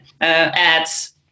ads